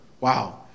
Wow